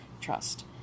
trust